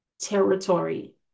territory